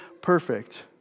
perfect